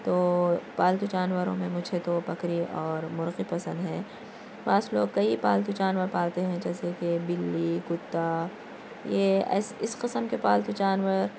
تو پالتو جانوروں میں مجھے تو بکری اور مرغی پسند ہیں بعض لوگ کئی پالتو جانور پالتے ہیں جیسے کہ بلی کتا یہ اس قسم کے پالتو جانور